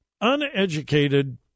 uneducated